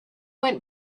went